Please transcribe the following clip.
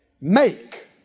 make